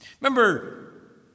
Remember